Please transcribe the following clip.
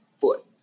foot